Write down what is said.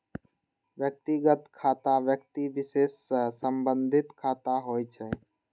व्यक्तिगत खाता व्यक्ति विशेष सं संबंधित खाता होइ छै